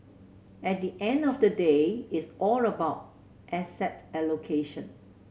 at the end of the day it's all about asset allocation